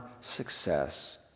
success